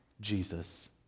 Jesus